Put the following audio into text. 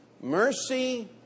Mercy